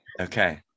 Okay